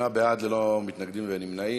שמונה בעד, ללא מתנגדים ונמנעים.